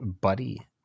buddy